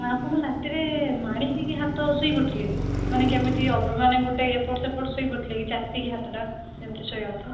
ଆପଣ ରାତିରେ ମାଡ଼ି ହେଇକି ହାତ ଶୋଇ ପଡ଼ିଥିଲେ କି ମାନେ କେମିତି ମାନେ ଗୋଟେ ଏପଟ ସେପଟ ଶୋଇ ପଡ଼ିଥିଲେ କି ଚାପିକି ହାତଟା ଯେମିତି ଶୋଇବା କଥା